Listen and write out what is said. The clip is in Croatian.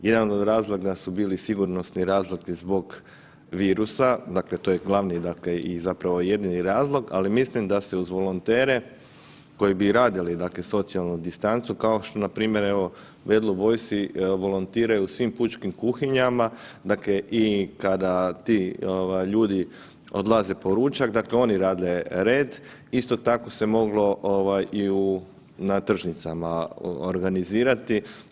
Jedan od razloga su bili sigurnosni razlozi zbog virusa, dakle to je glavni i dakle i zapravo jedini razlog, ali mislim da se uz volontere koji bi radili, dakle socijalnu distancu, kao što npr. evo Bad Blue Boysi volontiraju u svim pučkim kuhinjama, dakle i kada ti ovaj ljudi odlaze po ručak, dakle oni rade red, isto tako se moglo ovaj i u, na tržnicama organizirati.